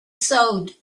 sewed